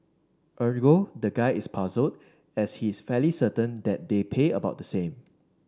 ergo the guy is puzzled as he's fairly certain that they pay about the same